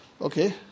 Okay